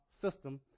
system